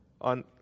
on